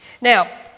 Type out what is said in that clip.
Now